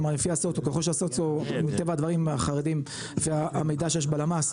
כלומר ככל שהסוציו מטבע הדברים החרדים לפי המידע שיש בלמ"ס,